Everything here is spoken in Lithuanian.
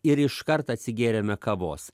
ir iškart atsigėrėme kavos